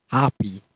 happy